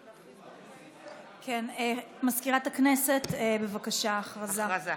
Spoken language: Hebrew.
כן, מזכירת הכנסת, בבקשה, הודעה.